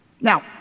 Now